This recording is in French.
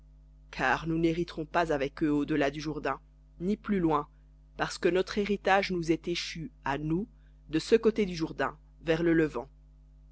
car nous n'hériterons pas avec eux au delà du jourdain ni plus loin parce que notre héritage nous est échu à nous de ce côté du jourdain vers le levant